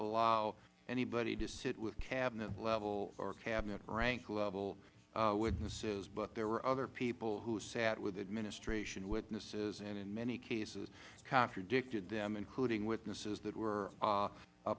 allow anybody to sit with cabinet level or cabinet rank level witnesses but there were other people who sat with administration witnesses and in many cases contradicted them including witnesses that were